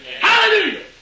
Hallelujah